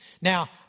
Now